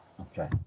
Okay